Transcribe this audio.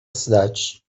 cidade